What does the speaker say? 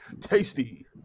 Tasty